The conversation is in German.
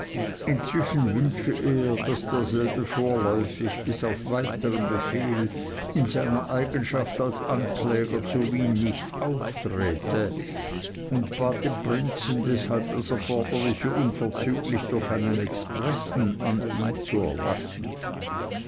inzwischen wünsche er daß derselbe vorläufig bis auf weiteren befehl in seiner eigenschaft als ankläger zu wien nicht aufträte und bat den prinzen deshalb das erforderliche unverzüglich durch einen expressen an ihn zu erlassen